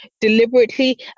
Deliberately